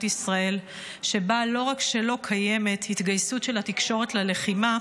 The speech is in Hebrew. ישראל שבה לא רק שלא קיימת התגייסות של התקשורת ללחימה,